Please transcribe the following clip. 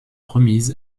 remise